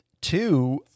Two